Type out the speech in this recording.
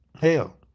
hell